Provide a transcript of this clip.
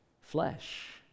flesh